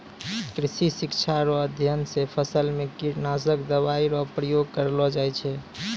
कृषि शिक्षा रो अध्ययन से फसल मे कीटनाशक दवाई रो प्रयोग करलो जाय छै